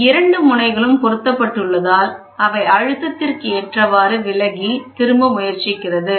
இந்த இரண்டு முனைகளும் பொருத்தப்பட்டுள்ளதால் அவை அழுத்தத்திற்கு ஏற்றவாறு விலகி திரும்ப முயற்சி செய்கிறது